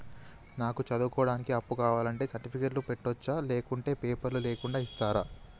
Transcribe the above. నాకు చదువుకోవడానికి అప్పు కావాలంటే సర్టిఫికెట్లు పెట్టొచ్చా లేకుంటే పేపర్లు లేకుండా ఇస్తరా?